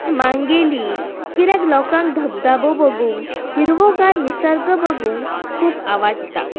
मांगेली किद्याक लोकांक धबधबो बगूंक हिरवोगार निसर्ग बगूंक खूब आवडाटा